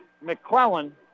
McClellan